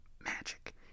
magic